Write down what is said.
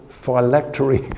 phylactery